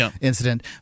incident